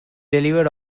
deliver